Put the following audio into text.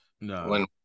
No